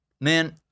Man